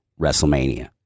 WrestleMania